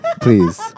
Please